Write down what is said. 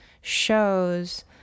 shows